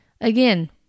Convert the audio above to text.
Again